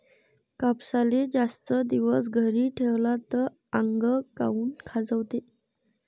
कापसाले जास्त दिवस घरी ठेवला त आंग काऊन खाजवते?